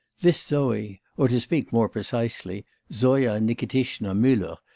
this zoe, or, to speak more precisely, zoya nikitishna mueller,